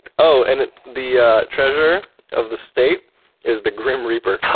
oh and the treasurer of the state is the grim reaper.